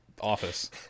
office